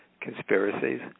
conspiracies